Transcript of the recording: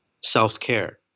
self-care